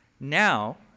Now